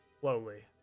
slowly